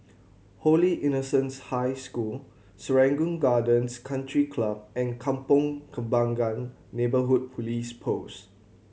Holy Innocents' High School Serangoon Gardens Country Club and Kampong Kembangan Neighbourhood Police Post